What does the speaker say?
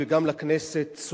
וגם לכנסת,